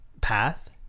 path